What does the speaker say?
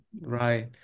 Right